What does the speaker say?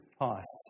past